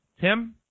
Tim